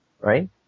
right